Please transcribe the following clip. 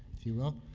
if you will.